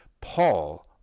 Paul